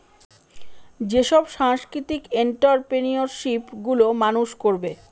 যেসব সাংস্কৃতিক এন্ট্ররপ্রেনিউরশিপ গুলো মানুষ করবে